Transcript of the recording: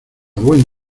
buen